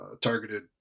targeted